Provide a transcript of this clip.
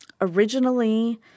originally